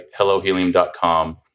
hellohelium.com